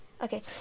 okay